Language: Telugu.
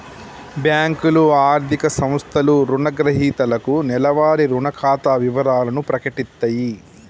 బ్యేంకులు, ఆర్థిక సంస్థలు రుణగ్రహీతలకు నెలవారీ రుణ ఖాతా వివరాలను ప్రకటిత్తయి